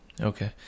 Okay